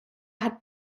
hat